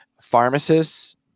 pharmacists